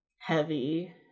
heavy